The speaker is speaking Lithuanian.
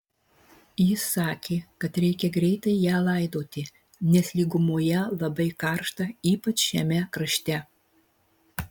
jis sakė kad reikia greitai ją laidoti nes lygumoje labai karšta ypač šiame krašte